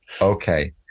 Okay